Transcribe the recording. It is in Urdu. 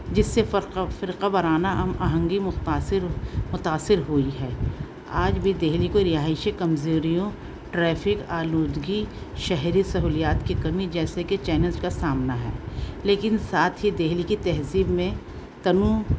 جس سے فرقہ ورانہ ام آہنگی متاثر متاثر ہوئی ہے آج بھی دہلی کو رہائشی کمزیریوں ٹریفک آلودگی شہری سہولیات کی کمی جیسے کہ چیننز کا سامنا ہے لیکن ساتھ ہی دہلی کی تہذیب میں تنوع